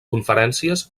conferències